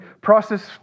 process